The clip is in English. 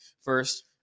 first